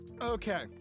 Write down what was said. okay